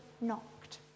knocked